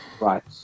Right